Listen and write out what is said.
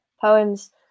poems